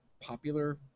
popular